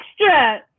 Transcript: extra